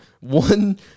one